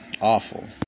Awful